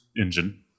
engine